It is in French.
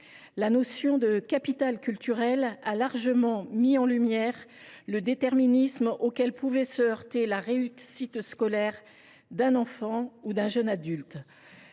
La notion de « capital culturel » a largement mis en lumière le déterminisme auquel pouvait se heurter un enfant ou un jeune adulte